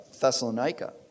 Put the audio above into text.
Thessalonica